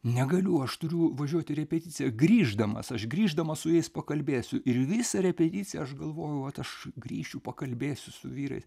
negaliu aš turiu važiuoti į repeticiją grįždamas aš grįždamas su jais pakalbėsiu ir visą repeticiją aš galvojau vat aš grįšiu pakalbėsiu su vyrais